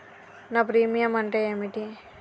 నా ప్రీమియం అంటే ఏమిటి?